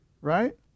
right